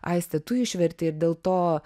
aiste tu išvertei ir dėl to